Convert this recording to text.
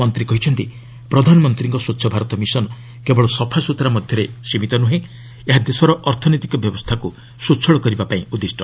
ମନ୍ତ୍ରୀ କହିଛନ୍ତି ପ୍ରଧାନମନ୍ତ୍ରୀଙ୍କ ସ୍ପଚ୍ଛ ଭାରତ ମିଶନ କେବଳ ସଫାସ୍ବତ୍ରରା ମଧ୍ୟରେ ସୀମିତ ନୁହେଁ ଏହା ଦେଶର ଅର୍ଥନୈତିକ ବ୍ୟବସ୍ଥାକୁ ସ୍ୱଚ୍ଛଳ କରିବାପାଇଁ ଉଦ୍ଦିଷ୍ଟ